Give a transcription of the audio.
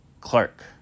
Clark